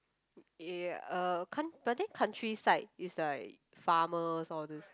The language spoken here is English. ya uh cun~ but I think countryside is like farmers all these